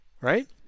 Right